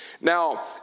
Now